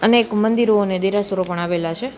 અનેક મંદિરો અને દેરાસરો પણ આવેલા છે